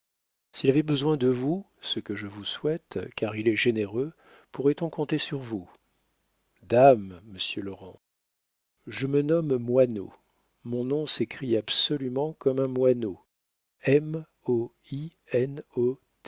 s'il avait besoin de vous ce que je vous souhaite car il est généreux pourrait-on compter sur vous dame monsieur laurent je me nomme moinot mon nom s'écrit absolument comme un moineau m o i n o t